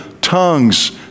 tongues